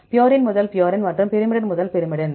purine முதல் purine மற்றும் pyrimidine முதல் பைரிமிடின்